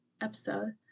episode